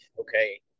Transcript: okay